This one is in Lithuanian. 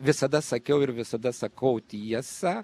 visada sakiau ir visada sakau tiesą